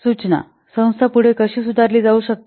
सूचना संस्था पुढे कशी सुधारली जाऊ शकते